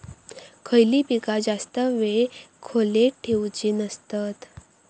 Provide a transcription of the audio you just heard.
खयली पीका जास्त वेळ खोल्येत ठेवूचे नसतत?